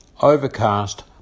Overcast